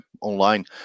online